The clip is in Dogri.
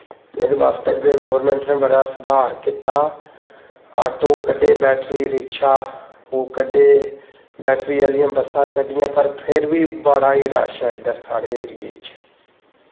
एह्दै बास्तै गौरमैंट ने बड़ा सुधार कीता ऑटो कड्ढै बैटरी रिक्शा ओह् कड्ढै बैटरी ओह्लियां बस्सां कड्ढियां पर फिर बी बड़ा गै रश ऐ इद्धर साढ़े एरिये च